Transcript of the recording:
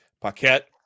Paquette